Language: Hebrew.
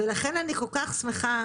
לכן אני כל כך שמחה,